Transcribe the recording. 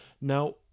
Now